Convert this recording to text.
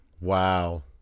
Wow